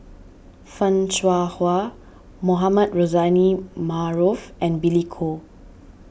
Fan Shao Hua Mohamed Rozani Maarof and Billy Koh